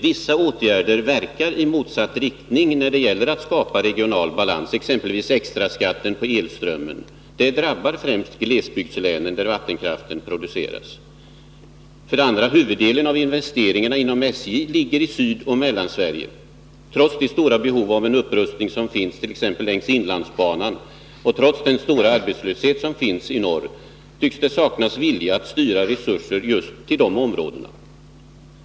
Vissa åtgärder verkar i motsatt riktning när det gäller att skapa regional balans, exempelvis extraskatten på elström. Den drabbar främst glesbygdslänen, där vattenkraften produceras. Vidare ligger huvuddelen av investeringarna inom SJ i Sydoch Mellansverige. Trots det stora behov av upprustning som finns t.ex. längs inlandsbanan och trots den stora arbetslöshet som finns i norr, tycks det saknas vilja att styra resurser just till de områdena.